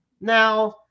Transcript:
Now